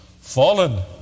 Fallen